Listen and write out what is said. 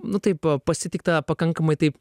nu taip pasitikta pakankamai taip